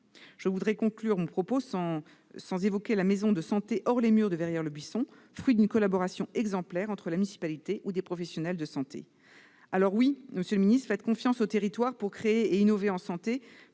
Je ne peux conclure mon propos sans évoquer la maison de santé hors les murs de Verrières-le-Buisson, fruit d'une collaboration exemplaire entre la municipalité et des professionnels de santé. Monsieur le secrétaire d'État, faites confiance aux territoires pour créer et innover dans